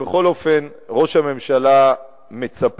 בכל אופן, ראש הממשלה מצפה